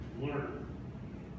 learn